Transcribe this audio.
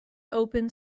opened